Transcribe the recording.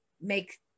make